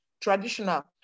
traditional